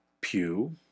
pew